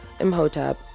Imhotep